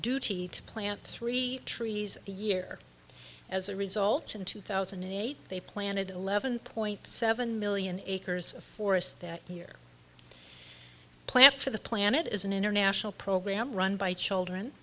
duty to plant three trees a year as a result in two thousand and eight they planted eleven point seven million acres of forest that here plant to the planet is an international program run by children